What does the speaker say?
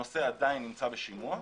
הנושא עדיין נמצא בשימוע.